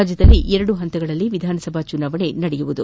ರಾಜ್ಞದಲ್ಲಿ ಎರಡು ಹಂತಗಳಲ್ಲಿ ವಿಧಾನಸಭಾ ಚುನಾವಣೆ ನಡೆಯಲಿದೆ